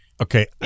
Okay